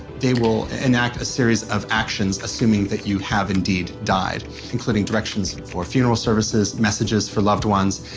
they will enact a series of actions assuming that you have, indeed, died including directions for funeral services, messages for loved ones,